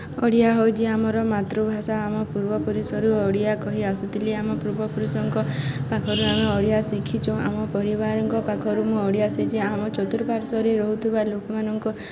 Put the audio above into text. ଓଡ଼ିଆ ହେଉଛି ଆମର ମାତୃଭାଷା ଆମ ପୂର୍ବପୁରୁଷରୁ ଓଡ଼ିଆ କହିଆସୁଥିଲେ ଆମ ପୂର୍ବପୁରୁଷଙ୍କ ପାଖରୁ ଆମେ ଓଡ଼ିଆ ଶିଖିଛୁ ଆମ ପରିବାରଙ୍କ ପାଖରୁ ମୁଁ ଓଡ଼ିଆ ଶିଖିଛି ଆମ ଚତୁର୍ପାଶ୍ଵରେ ରହୁଥିବା ଲୋକମାନଙ୍କ